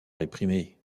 réprimée